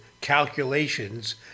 calculations